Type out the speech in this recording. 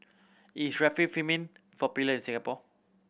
is Remifemin popular in Singapore